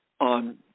on